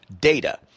data